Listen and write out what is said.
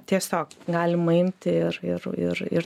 tiesiog galima imti ir ir ir ir